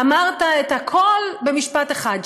אמרת את הכול במשפט אחד.